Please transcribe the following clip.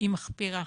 היא מחפירה.